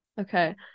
Okay